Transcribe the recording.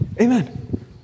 amen